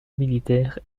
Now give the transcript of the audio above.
militaire